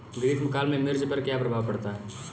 ग्रीष्म काल में मिर्च पर क्या प्रभाव पड़ता है?